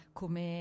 come